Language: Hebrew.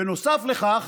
בנוסף לכך,